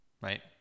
right